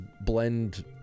blend